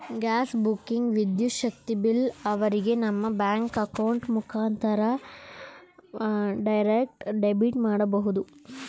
gas booking, ವಿದ್ಯುತ್ ಶಕ್ತಿ bill ಅವರಿಗೆ ನಮ್ಮ ಬ್ಯಾಂಕ್ ಅಕೌಂಟ್ ಮುಖಾಂತರ ಡೈರೆಕ್ಟ್ ಡೆಬಿಟ್ ಮಾಡಬಹುದು